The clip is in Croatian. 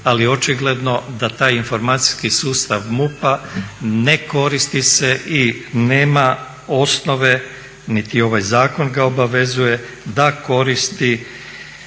ali očigledno da taj informacijski sustav MUP-a ne koristi se i nema osnove niti ovaj zakon ga obavezuje da koristi